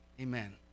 Amen